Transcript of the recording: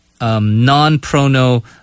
non-pro-no